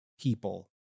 people